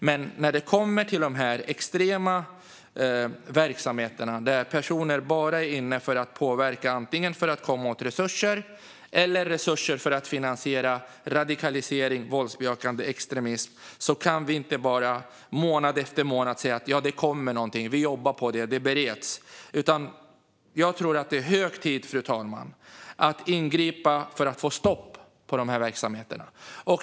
Men när det gäller de extrema verksamheter där personer bara finns där för att antingen komma åt resurser eller få resurser för att finansiera radikalisering och våldsbejakande extremism kan vi inte bara månad efter månad säga att någonting kommer, att vi jobbar på det eller att det bereds. Jag tror att det är hög tid, fru talman, att ingripa för att få stopp på dessa verksamheter.